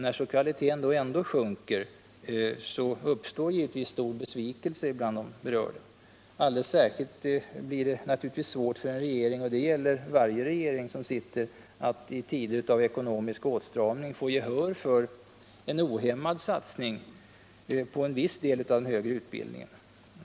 När så kvaliteten ändå sjunker uppstår givetvis stor besvikelse bland de berörda. Alldeles särskilt svårt blir det naturligtvis för en regering — och det gäller varje regering — att i tider av ekonomisk åtstramning få gehör för ohämmad satsning på en viss del av den högre utbildningen.